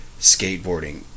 skateboarding